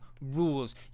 rules